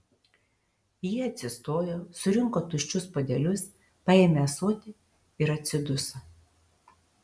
ji atsistojo surinko tuščius puodelius paėmė ąsotį ir atsiduso